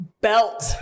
belt